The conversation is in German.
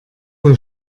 wohl